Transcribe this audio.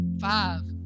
Five